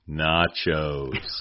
nachos